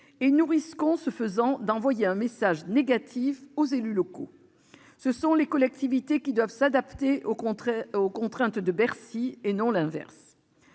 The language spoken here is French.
Nous risquons, ce faisant, d'envoyer un message négatif aux élus locaux : ce sont les collectivités qui doivent s'adapter aux contraintes de Bercy, et non l'inverse